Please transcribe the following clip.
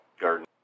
garden